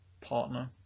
partner